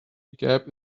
gap